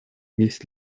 десять